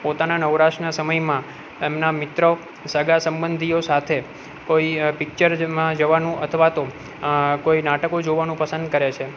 પોતાના નવરાશના સમયમાં એમના મિત્રો સગા સબંધીઓ સાથે કોઈ પિક્ચરમાં જવાનું અથવા તો કોઈ નાટકો જોવાનું પસંદ કરે છે